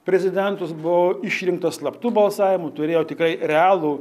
prezidentus buvau išrinktas slaptu balsavimu turėjau tikrai realų